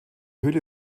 höhle